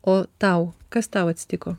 o tau kas tau atsitiko